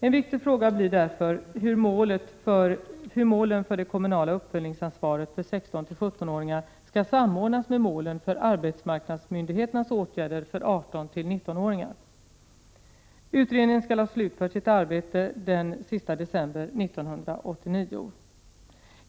En viktig fråga blir därför hur målen för det kommunala uppföljningsansvaret för 16—17-åringar skall samordnas med målen för arbetsmarknadsmyndigheternas åtgärder för 18—19-åringarna. Utredningen skall ha slutfört sitt arbete den 31 december 1989.